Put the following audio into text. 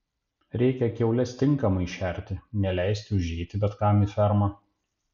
reikia kiaules tinkamai šerti neleisti užeiti bet kam į fermą